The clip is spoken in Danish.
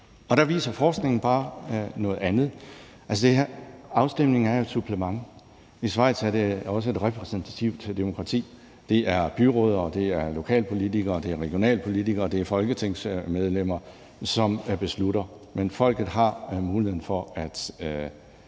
Der viser forskningen bare noget andet. Altså, afstemninger er jo et supplement. I Schweiz er der også repræsentativt demokrati. Det er byrødder, det er lokalpolitikere, det er regionalpolitikere, og det er parlamentsmedlemmer, som beslutter, men folket har muligheden for at